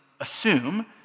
assume